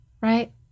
Right